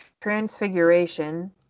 Transfiguration